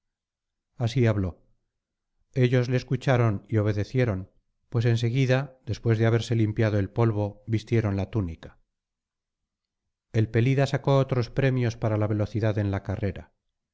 así habló ellos le escucharon y obedecieron pues en seguida después de haberse limpiado el polvo vistieron la túnica el pelida sacó otros premios para la velocidad en la carrera